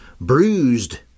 Bruised